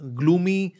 gloomy